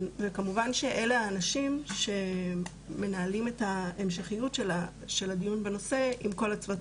אלה האנשים שמנהלים את ההמשכיות של הדיון בנושא עם כל הצוותים.